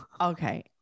Okay